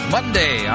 Monday